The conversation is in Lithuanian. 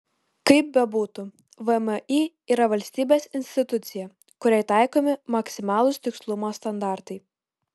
kaip bebūtų vmi yra valstybės institucija kuriai taikomi maksimalūs tikslumo standartai